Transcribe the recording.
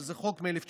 שזה חוק מ-1983,